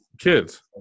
kids